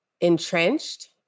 entrenched